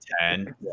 ten